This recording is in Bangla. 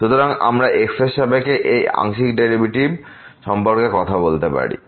সুতরাং আমরা x এর সাপেক্ষে এই আংশিক ডেরিভেটিভ সম্পর্কে কথা বলতে পারি